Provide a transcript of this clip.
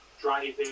driving